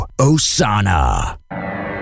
Osana